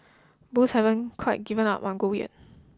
Bulls haven't quite given up on gold yet